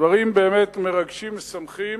דברים באמת מרגשים, משמחים.